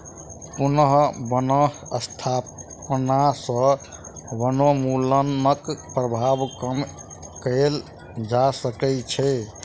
पुनः बन स्थापना सॅ वनोन्मूलनक प्रभाव कम कएल जा सकै छै